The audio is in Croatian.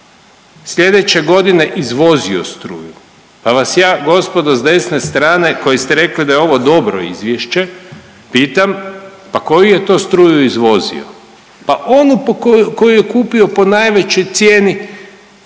slijedeće godine izvozio struku, pa vas ja gospodo s desne strane koji ste rekli da je ovo dobro izvješće pitam pa koju je to struju izvozio? Pa onu koju je kupio po najvećoj cijeni